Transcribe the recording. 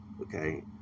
Okay